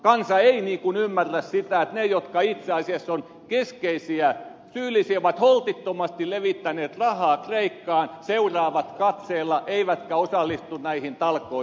kansa ei ymmärrä sitä että ne jotka itse asiassa ovat keskeisiä syyllisiä ja ovat holtittomasti levittäneet rahaa kreikkaan seuraavat katseella eivätkä osallistu näihin talkoisiin